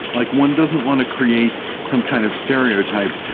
like, one doesn't want to create some kind of stereotype.